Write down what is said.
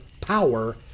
power